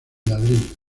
ladrillo